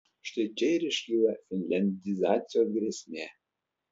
štai čia ir iškyla finliandizacijos grėsmė